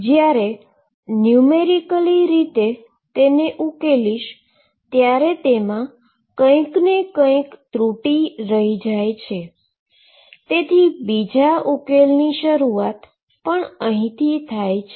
જ્યારે હું ન્યુમેરીકલી રીતે તેને ઉકેલીશ ત્યારે તેમા કંઈક ને કંઈક રીતે ત્રુટી રહી જાય છે અને તેથી બીજા ઉકેલની શરૂઆત અહીથી થાય છે